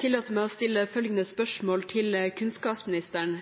tillate meg å stille følgende spørsmål til kunnskapsministeren: